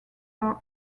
are